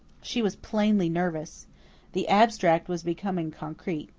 she was plainly nervous the abstract was becoming concrete.